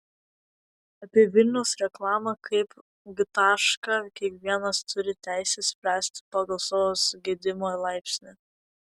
apie vilniaus reklamą kaip g tašką kiekvienas turi teisę spręsti pagal savo sugedimo laipsnį